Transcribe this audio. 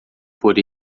por